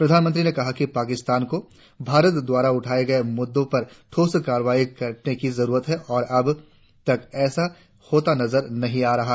प्रधानमंत्री ने कहा कि पाकिस्तान को भारत द्वारा उठाए गए मुद्दों पर ठोस कार्रवाई करने की जरुरत है और अब तक ऐसा होता नजर नहीं आ रहा